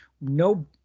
no